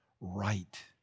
right